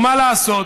ומה לעשות,